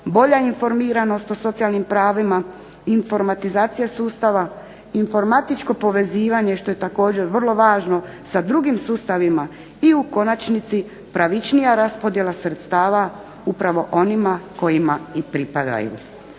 bolja informiranost o socijalnim pravima, informatizacija sustava, informatičko povezivanje što je također vrlo važno sa drugim sustavima i u konačnici pravičnija raspodjela sredstava upravo onima kojima i pripadaju.